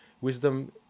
Wisdom